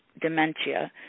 dementia